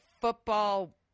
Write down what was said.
football